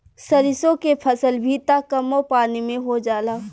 सरिसो के फसल भी त कमो पानी में हो जाला